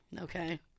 okay